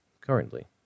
currently